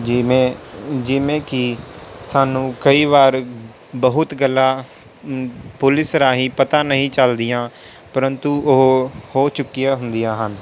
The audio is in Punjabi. ਜਿਵੇਂ ਜਿਵੇਂ ਕਿ ਸਾਨੂੰ ਕਈ ਵਾਰ ਬਹੁਤ ਗੱਲਾਂ ਪੁਲਿਸ ਰਾਹੀਂ ਪਤਾ ਨਹੀਂ ਚੱਲਦੀਆਂ ਪ੍ਰੰਤੂ ਉਹ ਹੋ ਚੁੱਕੀਆਂ ਹੁੰਦੀਆਂ ਹਨ